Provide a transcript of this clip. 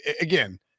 Again